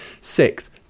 Sixth